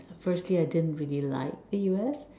firstly I didn't really like the U_S